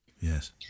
Yes